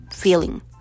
feeling